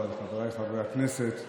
אבל חבריי חברי הכנסת,